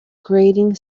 grating